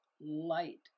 light